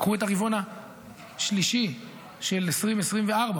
קחו את הרבעון השלישית של 2024,